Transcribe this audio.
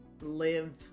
live